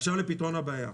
עכשיו לפתרון הבעיה.